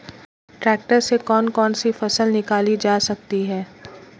Tractor से कौन कौनसी फसल निकाली जा सकती हैं?